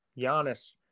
Giannis